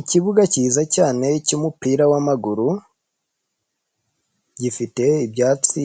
Ikibuga cyiza cyane cyumupira wamaguru, gifite ibyatsi